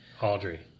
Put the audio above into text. Audrey